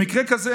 במקרה כזה,